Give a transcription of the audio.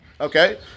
Okay